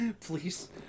Please